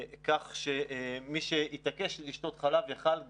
כך שמי שהתעקש לשתות חלב יכול היה גם,